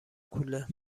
کوله